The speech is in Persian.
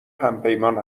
همپیمان